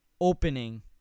opening